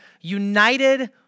united